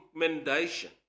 recommendation